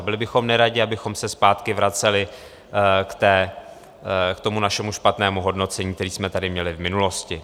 Byli bychom neradi, abychom se zpátky vraceli k tomu našemu špatnému hodnocení, které jsme tady měli v minulosti.